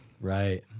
Right